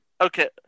Okay